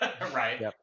right